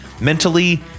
mentally